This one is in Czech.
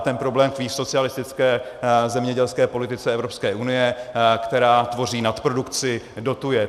Ten problém tkví v socialistické zemědělské politice Evropské unie, která tvoří nadprodukci, dotuje.